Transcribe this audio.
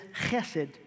chesed